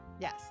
Yes